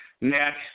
next